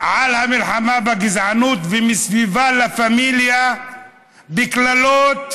על המלחמה בגזענות, ומסביבה לה פמיליה בקללות: